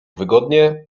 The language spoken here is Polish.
wygodnie